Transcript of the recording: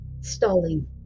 stalling